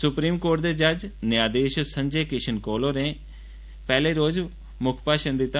supreme court दे जज न्यायधीश संजय किशन कौल होरें पैहले रोज मुक्ख भाषण दिता